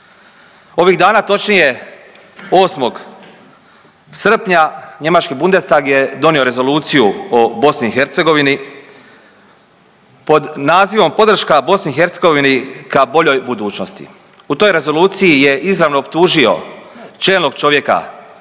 Ovih dana, točnije 8. srpnja njemački Bundestag je donio Rezoluciju o BiH pod nazivom „Podrška BiH ka boljoj budućnosti“. U toj rezoluciji je izravno optužio čelnog čovjeka